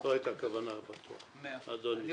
לא הייתה כוונה על בטוח, אדון נסים, בבקשה.